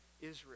Israel